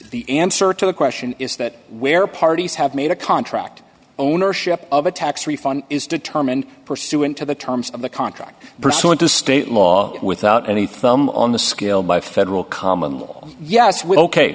the answer to the question is that where parties have made a contract ownership of a tax refund is determined pursuant to the terms of the contract pursuant to state law without any thumb on the scale by federal common